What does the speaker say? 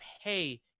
hey